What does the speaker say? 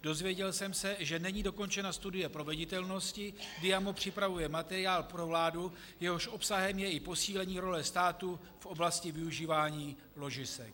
Dozvěděl jsem se, že není dokončena studie proveditelnosti, Diamo připravuje materiál pro vládu, jehož obsahem je i posílení role státu v oblasti využívání ložisek.